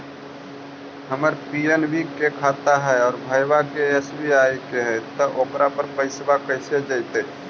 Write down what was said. हमर पी.एन.बी के खाता है और भईवा के एस.बी.आई के है त ओकर पर पैसबा कैसे जइतै?